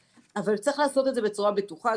צריך לעשות את זה בצורה בטוחה,